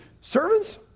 servants